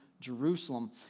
Jerusalem